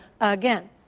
again